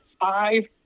five